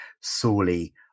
sorely